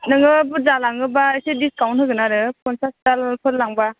नोंङो बुरजा लाङोबा एसे डिसकाउन्ट होगोन आरो पनसास दालफोर लांबा